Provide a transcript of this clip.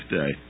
day